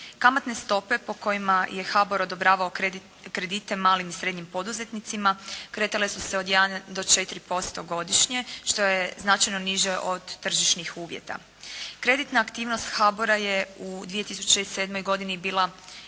Kamatne stope po kojima je HABOR odobravao kredite malim i srednjim poduzetnicima kretale su se od 1 do 4% godišnje što je značajno niže od tržišnih uvjeta. Kreditna aktivnost HABOR-a je u 2007. godini bila